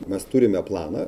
mes turime planą